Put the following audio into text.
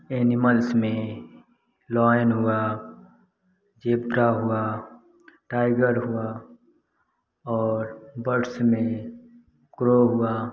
animals में lion हुआ zebra हुआ टाइगर हुआ और बर्डस में क्रो हुआ